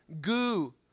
goo